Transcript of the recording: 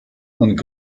und